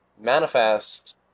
manifest